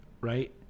right